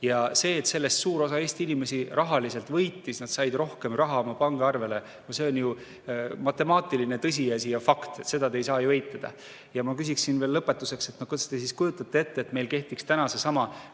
See, et sellest suur osa Eesti inimesi rahaliselt võitis, nad said rohkem raha oma pangaarvele, on ju matemaatiline tõsiasi ja fakt. Seda te ei saa eitada. Ma küsiksin veel lõpetuseks, et kuidas te siis kujutate ette, et meil kehtiks täna seesama